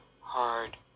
hard